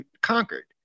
conquered